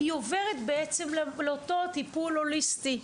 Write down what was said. היא עוברת בעצם לאותו טיפול הוליסטי.